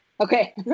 okay